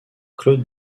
claude